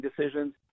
decisions